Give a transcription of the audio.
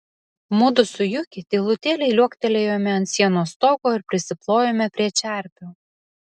mudu su juki tylutėliai liuoktelėjome ant sienos stogo ir prisiplojome prie čerpių